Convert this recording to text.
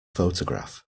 photograph